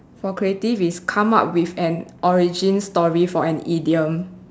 for creative is come up with an origin story for an idiom